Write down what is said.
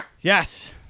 Yes